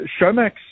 ShowMax